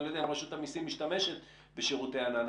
אני לא יודע אם רשות המיסים משתמשת בשירותי העניין,